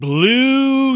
Blue